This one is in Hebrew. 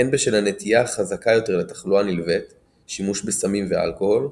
הן בשל הנטייה החזקה יותר לתחלואה נלווית שימוש בסמים ואלכוהול,